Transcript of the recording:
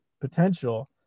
potential